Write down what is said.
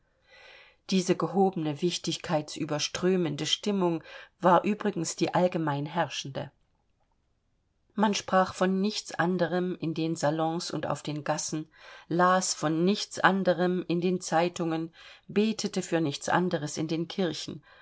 diese gehobene wichtigkeitsüberströmende stimmung war übrigens die allgemeine herrschende man sprach von nichts anderem in den salons und auf den gassen las von nichts anderem in den zeitungen betete für nichts anderes in den kirchen